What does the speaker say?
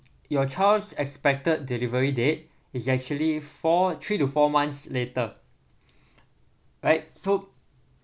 your child's expected delivery date it's actually four three to four months later right so